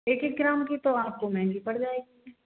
एक एक ग्राम की तो आपको महंगी पड़ जाएगी